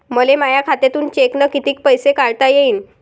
मले माया खात्यातून चेकनं कितीक पैसे काढता येईन?